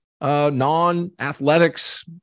non-athletics